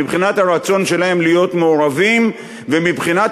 מבחינת הרצון שלהם להיות מעורבים ומבחינת